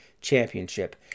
Championship